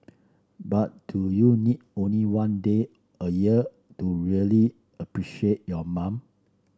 but do you need only one day a year to really appreciate your mom